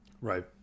Right